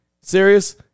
Serious